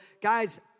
Guys